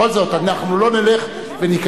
בכל זאת, אנחנו לא נלך וניכנס.